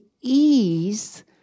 ease